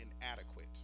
inadequate